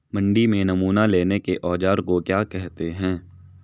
मंडी में नमूना लेने के औज़ार को क्या कहते हैं?